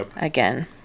again